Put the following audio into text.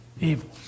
evil